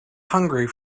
hungry